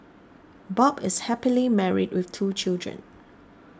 Bob is happily married with two children